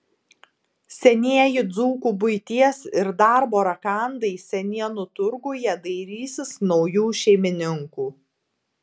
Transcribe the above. senieji dzūkų buities ir darbo rakandai senienų turguje dairysis naujų šeimininkų